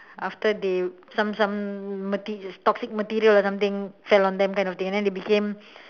after they some some mater~ is toxic material or something fell on them kind of thing then they became